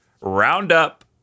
roundup